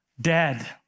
dead